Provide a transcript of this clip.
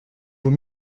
vaut